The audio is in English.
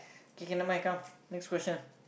kk nevermind come next question